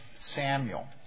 Samuel